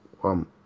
one